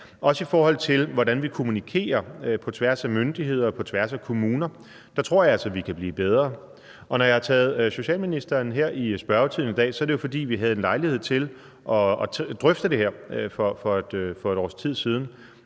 også, i forhold til hvordan vi kommunikerer på tværs af myndigheder og på tværs af kommuner. Der tror jeg altså, vi kan blive bedre, og når jeg har taget socialministeren herind i spørgetiden i dag, er det jo, fordi vi havde en lejlighed til at drøfte det her for et års tid siden,